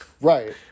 right